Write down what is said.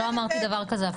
אני לא אמרתי דבר כזה אף פעם.